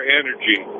energy